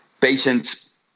patients